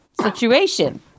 situation